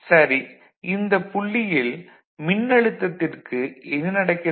சரி இந்த புள்ளியில் மின்னழுத்தத்திற்கு என்ன நடக்கிறது